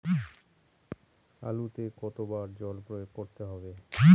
আলুতে কতো বার জল প্রয়োগ করতে হবে?